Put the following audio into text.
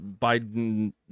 Biden